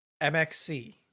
MXC